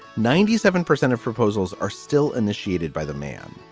ninety seven percent of proposals are still initiated by the man.